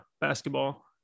basketball